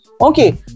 okay